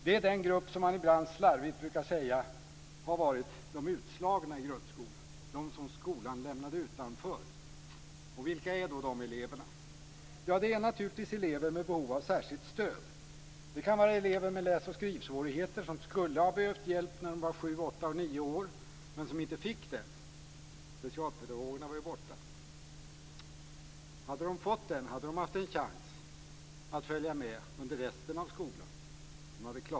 Det är den grupp som man ibland slarvigt brukar säga har varit de utslagna i grundskolan, de som skolan lämnade utanför. Vilka är då dessa elever? Ja, det är naturligtvis elever med behov av särskilt stöd. Det kan vara elever med läs och skrivsvårigheter, som skulle ha behövt hjälp när de var sju, åtta och nio år men som inte fick det. Specialpedagogerna var ju borta. Hade de fått det, hade de haft en chans att följa med under resten av skoltiden.